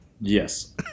Yes